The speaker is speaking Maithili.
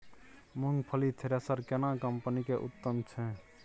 मूंगफली थ्रेसर केना कम्पनी के उत्तम छै?